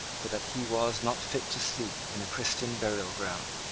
for that he was not fit to sleep in a christian burial ground.